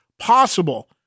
possible